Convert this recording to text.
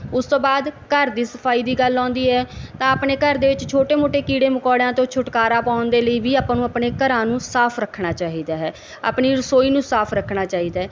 ਉਸ ਤੋਂ ਬਾਅਦ ਘਰ ਦੀ ਸਫਾਈ ਦੀ ਗੱਲ ਆਉਂਦੀ ਹੈ ਤਾਂ ਆਪਣੇ ਘਰ ਦੇ ਵਿੱਚ ਛੋਟੇ ਮੋਟੇ ਕੀੜੇ ਮਕੌੜਿਆਂ ਤੋਂ ਛੁਟਕਾਰਾ ਪਾਉਣ ਦੇ ਲਈ ਵੀ ਆਪਾਂ ਨੂੰ ਆਪਣੇ ਘਰਾਂ ਨੂੰ ਸਾਫ਼ ਰੱਖਣਾ ਚਾਹੀਦਾ ਹੈ ਆਪਣੀ ਰਸੋਈ ਨੂੰ ਸਾਫ਼ ਰੱਖਣਾ ਚਾਹੀਦਾ